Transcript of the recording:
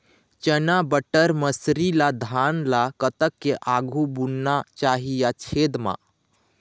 चना बटर मसरी ला धान ला कतक के आघु बुनना चाही या छेद मां?